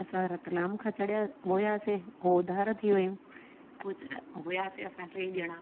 असां रतलाम खां चढ़िया हुआसीं उहो धार थी विय़ूं पोइ च हुआसीं असां टे ॼणा